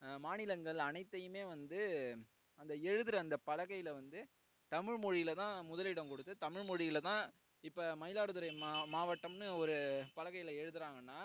மாநிலங்கள் அனைத்தையும் வந்து அந்த எழுதுகிற அந்த பலகையில் வந்து தமிழ் மொழியில் தான் முதலிடம் கொடுத்து தமிழ் மொழியில் தான் இப்போ மயிலாடுதுறை மாவட்டம்னு ஒரு பலகையில் எழுதுகிறாங்கன்னா